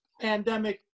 pandemic